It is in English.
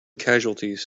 casualties